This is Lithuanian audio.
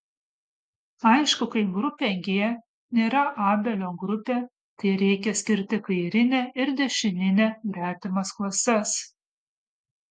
aišku kai grupė g nėra abelio grupė tai reikia skirti kairinę ir dešininę gretimas klases